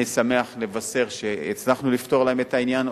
אני שמח לבשר שהצלחנו לפתור להם את העניין,